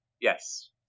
Yes